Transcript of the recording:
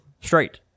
Straight